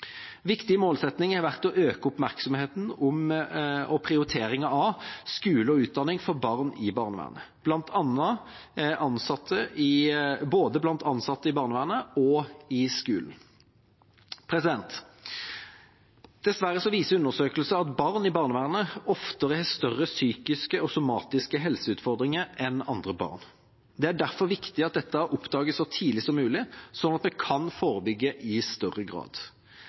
viktig målsetting har vært å øke oppmerksomheten om og prioriteringen av skole og utdanning for barn i barnevernet, både blant ansatte i barnevernet og i skolen. Dessverre viser undersøkelser at barn i barnevernet oftere har større psykiske og somatiske helseutfordringer enn andre barn. Det er derfor viktig at dette oppdages så tidlig som mulig, sånn at vi kan forebygge i større grad.